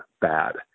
bad